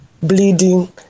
bleeding